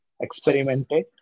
experimented